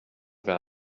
vers